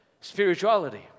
spirituality